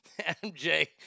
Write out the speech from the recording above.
MJ